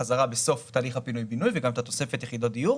חזרה בסוף תהליך הפינוי-בינוי וגם את התוספת יחידות דיור